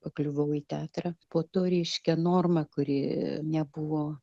pakliuvau į teatrą po to reiškia norma kuri nebuvo